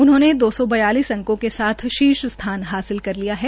उन्होंने दो सौ बयालीस अंकों के साथ शीर्ष स्थान हासिल कर लिया है